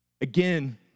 again